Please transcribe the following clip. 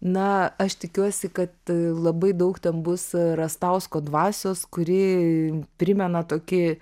na aš tikiuosi kad labai daug ten bus rastausko dvasios kuri primena tokį